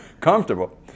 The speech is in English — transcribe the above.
comfortable